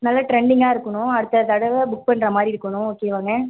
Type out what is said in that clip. நல்ல ட்ரெண்டிங்காக இருக்கணும் அடுத்த தடவை புக் பண்ணுற மாதிரி இருக்கணும் ஓகேவாங்க